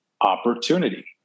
opportunity